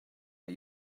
but